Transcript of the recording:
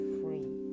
free